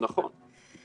נכון.